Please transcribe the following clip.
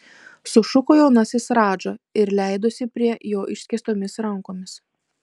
sušuko jaunasis radža ir leidosi prie jo išskėstomis rankomis